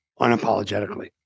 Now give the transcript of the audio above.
Unapologetically